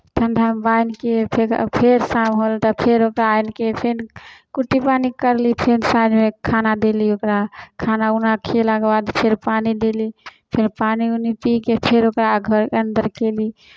ठण्ढामे बान्हि कऽ फेर फेर शाम होल तऽ फेर ओकरा आनि कऽ फेर कुट्टी पानि कयली फेन साँझमे खाना देली ओकरा खाना उना खिएलाके बाद फेर पानि देली फेर पानि उनि पी कऽ फेर ओकरा घरके अन्दर कयली